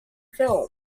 film